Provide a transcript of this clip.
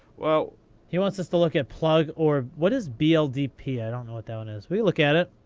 well he wants us to look at plug, or what is bldp? i don't know what that one is. we'll look at it.